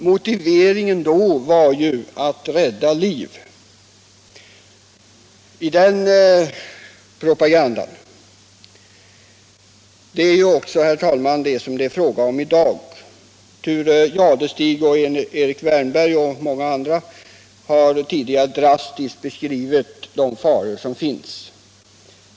Motiveringen var då att rädda liv. Det är ju, herr talman, vad det också är fråga om i dag. Thure Jadestig, Erik Wärnberg och många andra har tidigare drastiskt beskrivit de faror som föreligger.